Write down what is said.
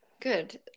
good